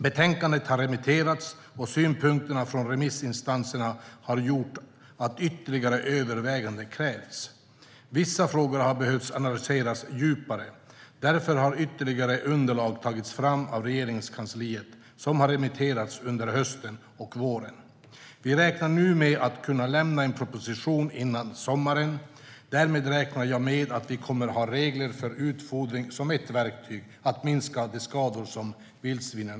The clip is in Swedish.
Betänkandet har remitterats och synpunkterna från remissinstanserna har gjort att ytterligare överväganden krävts. Vissa frågor har behövt analyseras djupare. Därför har ytterligare underlag tagits fram av Regeringskansliet som har remitterats under hösten och våren. Vi räknar nu med att kunna lämna en proposition före sommaren. Därmed räknar jag med att vi kommer att ha regler för utfodring som ett verktyg för att minska de skador som vildsvin orsakar.